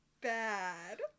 bad